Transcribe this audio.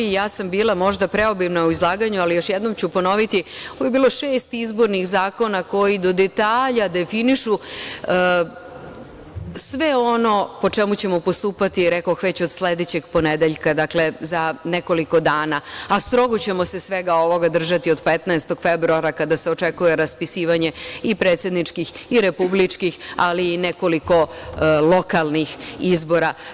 Bila možda preobilna u izlaganju, ali još jednom ću ponoviti, ovo je bilo šest izbornih zakona koji do detalja definišu sve ono po čemu ćemo postupati, rekoh već, od sledećeg ponedeljka, dakle za nekoliko dana, a strogo ćemo se svega ovoga držati od 15. februara kada se očekuje raspisivanje predsedničkih i republičkih, ali i nekoliko lokalnih izbora.